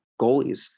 goalies